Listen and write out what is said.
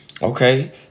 Okay